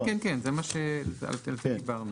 כן, על זה דיברנו.